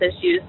issues